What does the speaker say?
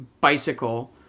bicycle